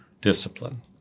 discipline